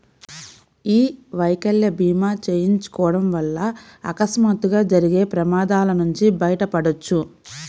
యీ వైకల్య భీమా చేయించుకోడం వల్ల అకస్మాత్తుగా జరిగే ప్రమాదాల నుంచి బయటపడొచ్చు